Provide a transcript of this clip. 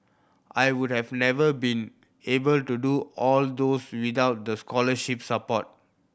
I would have never been able to do all these without the scholarship support